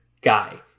guy